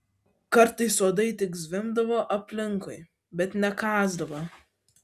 kartais uodai tik zvimbdavo aplinkui bet nekąsdavo